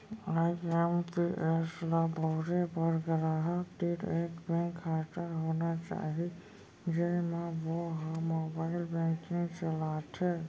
IMPS ल बउरे बर गराहक तीर एक बेंक खाता होना चाही जेन म वो ह मोबाइल बेंकिंग चलाथे